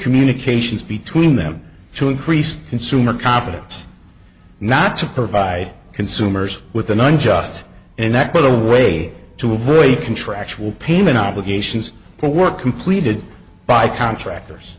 communications between them to increase consumer confidence not to provide consumers with an unjust and that by the way to avoid contractual payment obligations for work completed by contractors